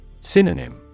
Synonym